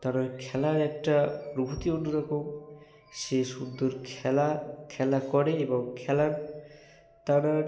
তেনার খেলার একটা অনুভূতি অন্য রকম সে সুন্দর খেলা খেলা করে এবং খেলা তেনার